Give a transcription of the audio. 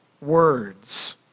words